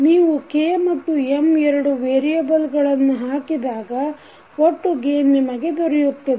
ನೀವು K ಮತ್ತು M ಎರಡು ವೇರಿಯಬಲ್ ಗಳನ್ನು ಹಾಕಿದಾಗ ಒಟ್ಟು ಗೇನ್ ನಿಮಗೆ ದೊರೆಯುತ್ತದೆ